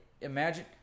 Imagine